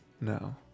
no